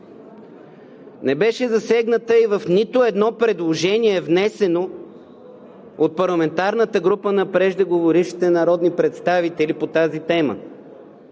Не беше засегната и в нито едно предложение, внесено от парламентарната група на преждеговорившите народни представители по тази тема.